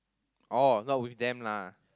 orh not with them lah